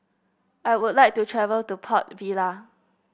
I would like to travel to Port Vila